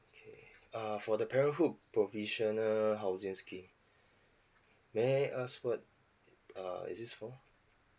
okay uh for the parenthood provisional housing scheme may I ask what uh is this for